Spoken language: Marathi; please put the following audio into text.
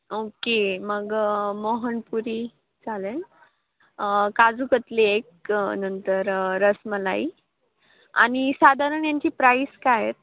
ओके मग मोहनपुरी चालेल काजू कतली एक नंतर रसमलाई आणि साधारण यांची प्राईस काय आहे